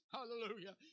Hallelujah